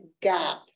gap